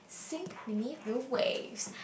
sink beneath the waves